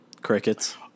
Crickets